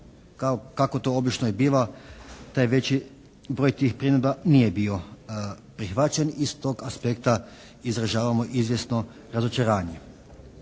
kako to obično i biva taj veći broj tih primjedaba nije bio prihvaćen i s tog aspekta izražavamo izvjesno razočaranje.